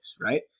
Right